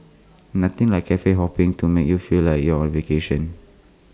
nothing like Cafe hopping to make you feel like you're on A vacation